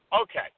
okay